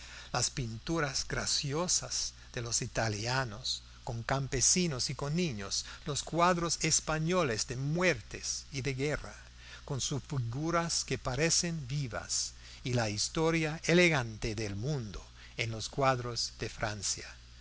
las pinturas graciosas de los italianos con campesinos y con niños los cuadros españoles de muertes y de guerra con sus figuras que parecen vivas y la historia elegante del mundo en los cuadros de francia